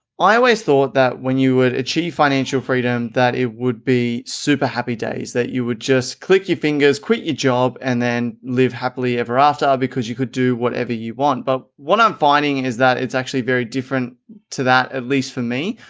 i always thought that when you would achieve financial freedom that it would be super happy days that you would just click your fingers, quit your job, and then live happily ever after because you could do whatever you want. but what i'm finding is that it's actually very different to that. at least for me.